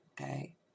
Okay